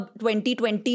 2020